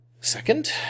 second